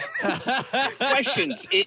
Questions